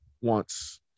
wants